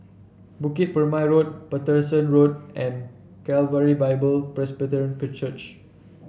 Bukit Purmei Road Paterson Road and Calvary Bible Presbyterian Church